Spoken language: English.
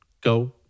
go